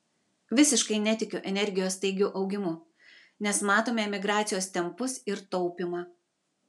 visiškai netikiu energijos staigiu augimu nes matome emigracijos tempus ir taupymą